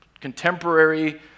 contemporary